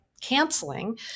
canceling